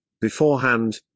beforehand